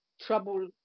trouble